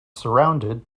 surrounded